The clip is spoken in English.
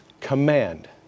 Command